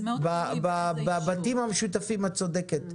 בבתים המשותפים את צודקת,